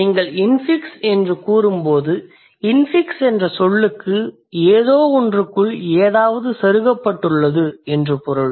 நீங்கள் இன்ஃபிக்ஸ் என்று கூறும்போது இன்ஃபிக்ஸ் என்ற சொல்லுக்கு ஏதோவொன்றுக்குள் ஏதாவது செருகப்பட்டுள்ளது என்று பொருள்